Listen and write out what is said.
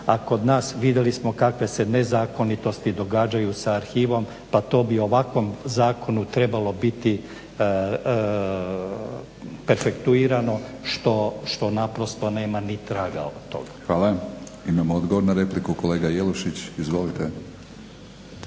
a kod nas vidjeli smo kakve se nezakonitosti događaju sa arhivom, pa to bi ovakvom zakonu trebalo biti perfektuirano što naprosto nema ni traga toga. **Batinić, Milorad (HNS)** Hvala. Imamo odgovor na repliku, kolega Jelušić. Izvolite.